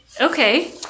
Okay